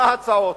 מה ההצעות,